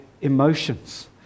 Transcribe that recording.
emotions